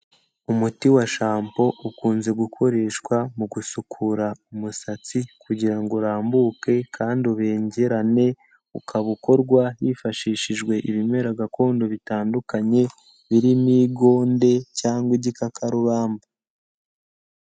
Umuti wa shampoo ukunze gukoreshwa mu gusukura umusatsi kugira ngo urambuke kandi ubengerane, ukaba ukorwa hifashishijwe ibimera gakondo bitandukanye, birimo igonde cyangwa igikakarubamba.